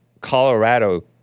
Colorado